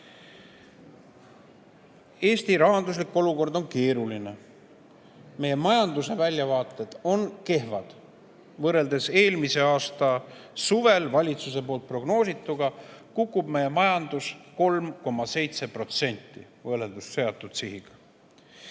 Eesti rahanduslik olukord on keeruline. Meie majanduse väljavaated on kehvad. Võrreldes eelmise aasta suvel valitsuse poolt prognoosituga, kukub meie majandus 3,7% võrreldes seatud sihiga.